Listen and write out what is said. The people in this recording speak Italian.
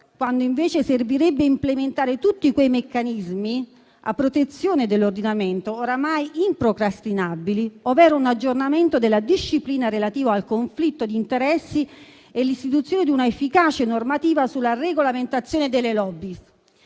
quando invece servirebbe implementare tutti i meccanismi a protezione dell'ordinamento oramai improcrastinabili, un aggiornamento della disciplina relativa al conflitto di interessi e l'istituzione di un'efficace normativa sulla regolamentazione delle *lobby*.